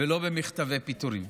ולא במכתבי פיטורים.